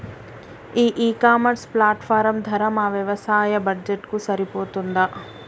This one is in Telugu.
ఈ ఇ కామర్స్ ప్లాట్ఫారం ధర మా వ్యవసాయ బడ్జెట్ కు సరిపోతుందా?